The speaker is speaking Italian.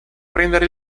prendere